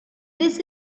this